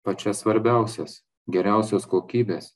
pačias svarbiausias geriausios kokybės